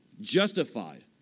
justified